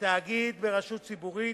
בתאגיד וברשות ציבורית,